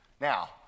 Now